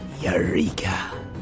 Eureka